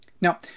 Now